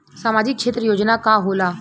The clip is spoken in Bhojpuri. सामाजिक क्षेत्र योजना का होला?